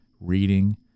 reading